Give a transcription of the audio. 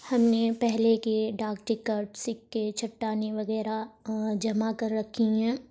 ہم نے پہلے کے ڈاک ٹکٹ سکے چٹانیں وغیرہ جمع کر رکھی ہوئی ہیں